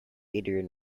adrian